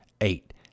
eight